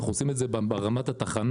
אנחנו עושים את זה ברמת התחנה.